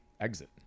exit